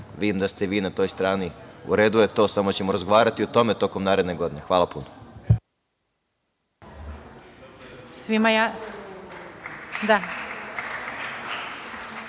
Vidim da ste vi na toj strani. U redu je to. Samo ćemo razgovarati o tome tokom naredne godine. Hvala puno.